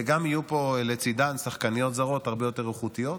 וגם יהיו פה לצידן שחקניות זרות הרבה יותר איכותיות,